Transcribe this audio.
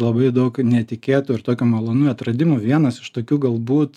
labai daug netikėtų ir tokių malonių atradimų vienas iš tokių galbūt